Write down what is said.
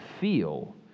feel